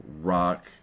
Rock